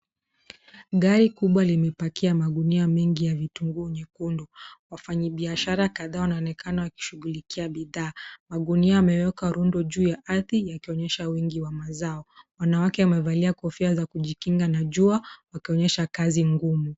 Gari kubwa limepakia magunia mengi ya vitunguu nyekundu, wafanya biashara kadhaa wanaonekana wakishughulia bithaa, magunia yamewekwa rundo juu ya arthi yakionyesha wingi wa mazao, wanawake wamevailia kofia za kujikinga na jua wakionyesha kazi ngumu.